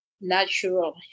natural